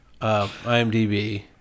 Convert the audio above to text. IMDb